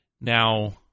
Now